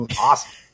Awesome